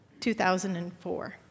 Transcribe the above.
2004